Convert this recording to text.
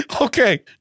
okay